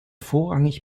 vorrangig